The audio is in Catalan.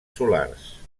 solars